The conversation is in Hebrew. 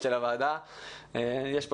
יש פה גם כמה עשורים יותר מזה,